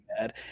bad